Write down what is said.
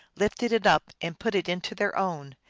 lifted it up and put it into their own,